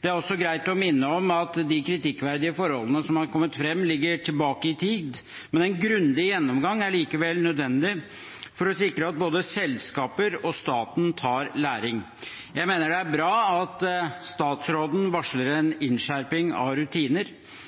Det er også greit å minne om at de kritikkverdige forholdene som har kommet frem, ligger tilbake i tid, men en grundig gjennomgang er likevel nødvendig for å sikre at både selskaper og staten tar læring. Jeg mener det er bra at statsråden varsler en